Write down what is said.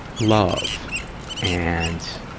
love and,